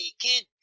kid